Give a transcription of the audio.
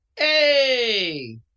Hey